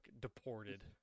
deported